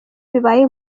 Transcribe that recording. bibaye